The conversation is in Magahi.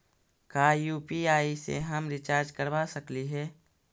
का यु.पी.आई से हम रिचार्ज करवा सकली हे?